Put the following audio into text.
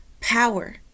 power